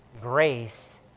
Grace